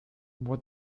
what